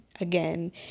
again